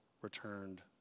returned